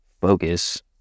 focus